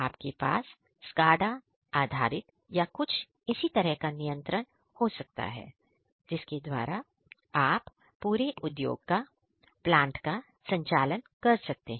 आपके पास SCADA आधारित या कुछ इसी तरह का नियंत्रण हो सकता है जिसके द्वारा आप पूरे उद्योग का प्लांट का संचालन कर सकते हैं